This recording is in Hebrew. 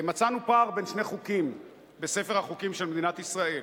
מצאנו פער בין שני חוקים בספר החוקים של מדינת ישראל.